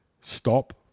stop